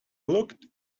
looked